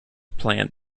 planned